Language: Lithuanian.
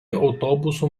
autobusų